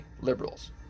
liberals